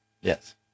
Yes